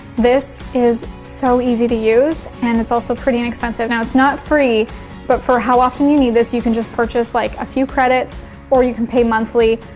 this is so easy to use and it's also pretty inexpensive. now, it's not free but for how often you need this you can just purchase like a few credits or you can pay monthly.